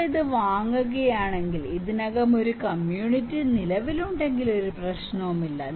നിങ്ങൾ ഇത് വാങ്ങുകയാണെങ്കിൽ ഇതിനകം ഒരു കമ്മ്യൂണിറ്റി നിലവിലുണ്ടെങ്കിൽ ഒരു പ്രശ്നവുമില്ല